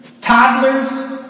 toddlers